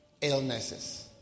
illnesses